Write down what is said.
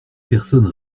personnes